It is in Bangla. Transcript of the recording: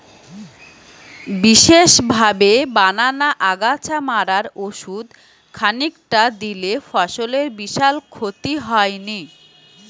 বিশেষভাবে বানানা আগাছা মারার ওষুধ খানিকটা দিলে ফসলের বিশাল ক্ষতি হয়নি